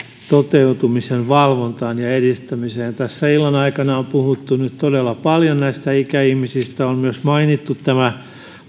toteutumisen valvontaan ja edistämiseen tässä illan aikana on puhuttu nyt todella paljon ikäihmisistä on myös mainittu tämä